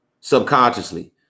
subconsciously